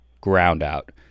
ground-out